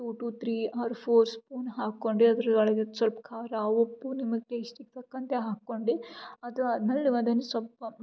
to two three or four spoon ಹಾಕೊಂಡು ಅದ್ರೊಳಗೆ ಸ್ವಲ್ಪ್ ಖಾರ ಉಪ್ಪು ನಿಮಗ್ ಟೇಸ್ಟಿಗೆ ತಕ್ಕಂತೆ ಹಾಕೊಂಡು ಅದು ಆದ್ಮೇಲೆ ನೀವು ಅದನ್ನು ಸ್ವಲ್ಪ